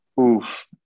Oof